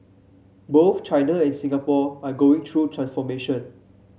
both China and Singapore are going through transformation